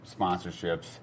sponsorships